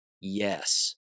Yes